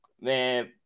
man